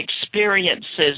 experiences